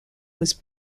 was